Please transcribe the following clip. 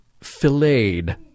filleted